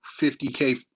50K